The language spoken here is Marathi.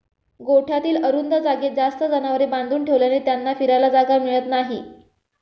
गोठ्यातील अरुंद जागेत जास्त जनावरे बांधून ठेवल्याने त्यांना फिरायला जागा मिळत नाही